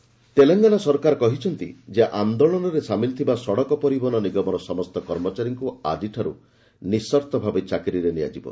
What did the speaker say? TSRTC employee Telangana ସରକାର କହିଛନ୍ତି ଯେ ଆନ୍ଦୋଳନରେ ସାମିଲ୍ ଥିବା ସଡ଼କ ପରିବହନ ନିଗମର ସମସ୍ତ କର୍ମଚାରୀଙ୍କୁ ଆକିଠାରୁ ନିଃସର୍ତ୍ତ ଭାବେ ଚାକିରିରେ ନିଆଯିବ